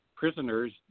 Prisoners